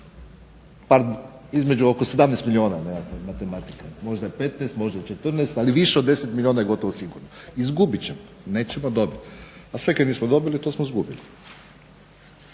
između 17 milijuna nekakva matematika, možda 15, možda 14 ali više od 10 milijuna je gotovo sigurno, izgubit ćemo, nećemo dobiti. A sve kaj nismo dobili to smo izgubili.